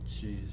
jeez